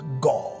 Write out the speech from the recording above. God